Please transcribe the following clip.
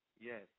Yes